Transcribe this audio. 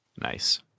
Nice